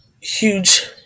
huge